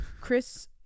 Chris